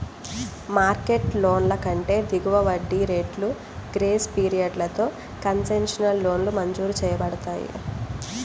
market లోన్ల కంటే దిగువ వడ్డీ రేట్లు, గ్రేస్ పీరియడ్లతో కన్సెషనల్ లోన్లు మంజూరు చేయబడతాయి